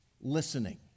Listening